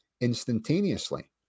instantaneously